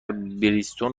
بریستول